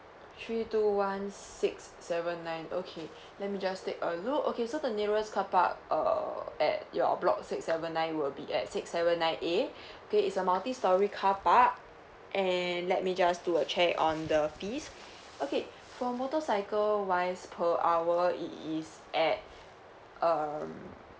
three two one six seven nine okay let me just take a look okay so the nearest carpark err at your block six seven nine will be at six seven night A okay is a multistorey carpark and let me just do a check on the fees okay for motorcycle wise per hour is at um